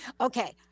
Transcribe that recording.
Okay